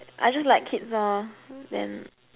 I just like kids lor then